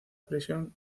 prisión